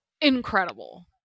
incredible